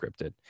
scripted